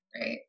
Right